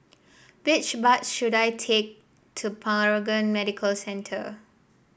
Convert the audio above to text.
which bus should I take to Paragon Medical Centre